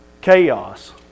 chaos